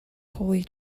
holy